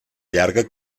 llarga